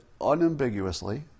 unambiguously